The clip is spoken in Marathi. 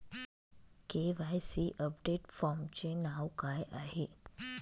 के.वाय.सी अपडेट फॉर्मचे नाव काय आहे?